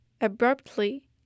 abruptly